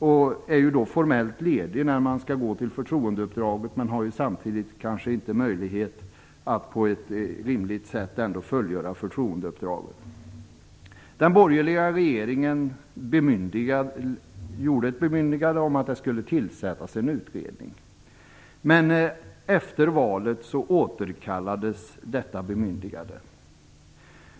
Då är man ju formellt ledig när man skall gå till förtroendeuppdraget, men samtidigt har man kanske inte möjlighet att på ett rimligt sätt fullgöra förtroendeuppdraget. Den borgerliga regeringen gjorde ett bemyndigande om att det skulle tillsättas en utredning. Men efter valet återkallades detta bemyndigande.